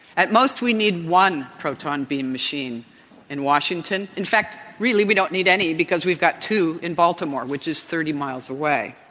at most we need one proton beam machine in washington. in fact really we don't need any because we've got two in baltimore which is thirty miles away.